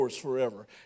forever